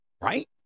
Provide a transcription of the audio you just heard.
right